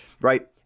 right